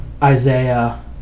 Isaiah